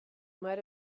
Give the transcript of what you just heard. might